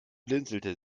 blinzelte